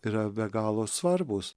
yra be galo svarbūs